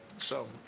so,